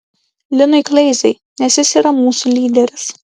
linui kleizai nes jis yra mūsų lyderis